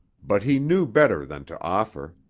but he knew better than to offer.